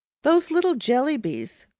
those little jellybys.